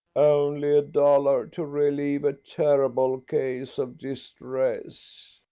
only a dollar to relieve a terrible case of distress.